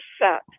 set